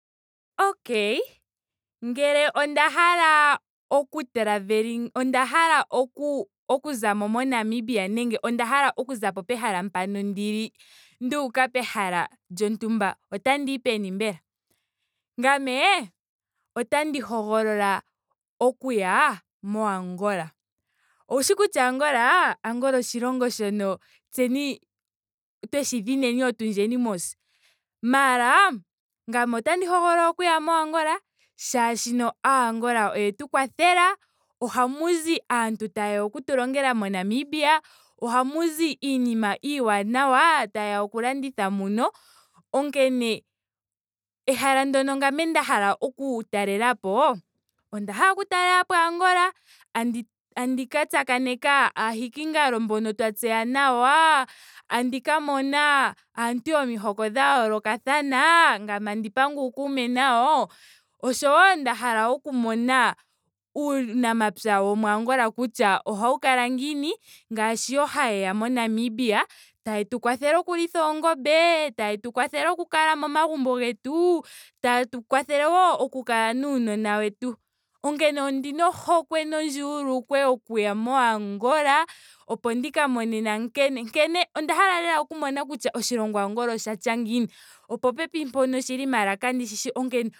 Okay ngele onda hala oku travelling onda hala oku- oku zamo mo namibia nenge onda hala okuzapo pehala mpoka ndili nduuka pehala lyontumba. otandiyi peni mbela? Ngame otandi hogolola okuya mo angola. oushi kutya angola. Angola oshilongo shono tseni tweshi dhinine otundjeni mos. maara ngame otandi hogolola okuya mo angola molwaashoka aa angola oyetu kwathela. ohamu zi aantu tayeya oku tu longela mo namibia. ohamu zi iinima iiwanawa tayeya oku landitha muno. onkene ehala ndyoka ngame nda hala oku talelapo onda hala oku talelapo angola. andi ka tsakaneka aahikingalo mbono twa tseya nawa. andi ka mona aantu yomihoko dha yoolokathana. ngame tandi panga uukuume nayo. oshowo nda hala oku mona uunamapya womo angola kutya ohau kala ngiini. ngaashi yo hayeya mo namibia tayetu kwathele okulitha oongombe. tayetu kwathele oku kala momagumbo getu. tayetu kwathele wo oku kala nuunona wetu. Onkene ondina ohokwe nondjuulukwe okuya mo angola opo ndika mone nankene. nkene. onda hala lela oku mona kutya oshilongo angola oshatya ngiini opopepi mpono kandishi onkene